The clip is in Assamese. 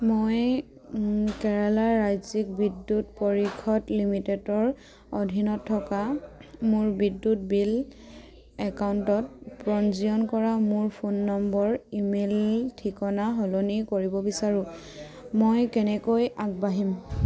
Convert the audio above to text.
মই কেৰালা ৰাজ্যিক বিদ্যুৎ পৰিষদ লিমিটেডৰ অধীনত থকা মোৰ বিদ্যুৎ বিল একাউণ্টত পঞ্জীয়ন কৰা মোৰ ফোন নম্বৰ ই মেইল ঠিকনা সলনি কৰিব বিচাৰোঁ মই কেনেকৈ আগবাঢ়িম